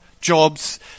jobs